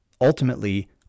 ultimately